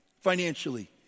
financially